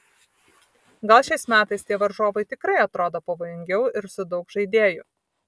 gal šiais metais tie varžovai tikrai atrodo pavojingiau ir su daug žaidėjų